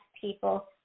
people